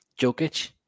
Jokic